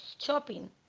Shopping